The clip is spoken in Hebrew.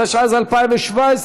התשע"ז 2017,